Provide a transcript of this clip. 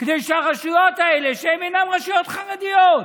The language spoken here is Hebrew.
כדי שהרשויות האלה, שהן אינן רשויות חרדיות,